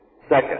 Second